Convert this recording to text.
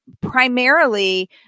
primarily